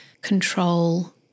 control